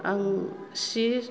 आं सि